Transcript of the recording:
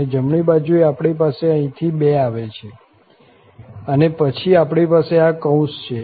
અને જમણી બાજુએ આપણી પાસે અહીંથી 2 આવે છે અને પછી આપણી પાસે આ કૌંસ છે